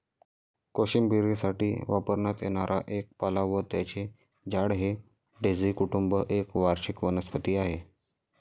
कोशिंबिरीसाठी वापरण्यात येणारा एक पाला व त्याचे झाड हे डेझी कुटुंब एक वार्षिक वनस्पती आहे